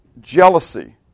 jealousy